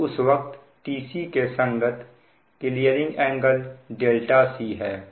तो उस वक्त tc के संगत क्लीयरिंग एंगल c है